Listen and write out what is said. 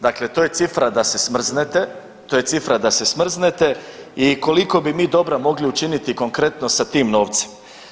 Dakle, to je cifra da se smrznete, to je cifra da se smrznete i koliko bi mi dobra mogli učiniti konkretno sa tim novcem.